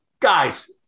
guys